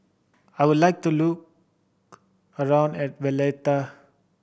I would like to look around and Valletta